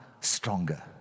stronger